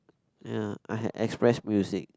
ya I have express music